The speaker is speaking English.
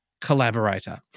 collaborator